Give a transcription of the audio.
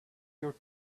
your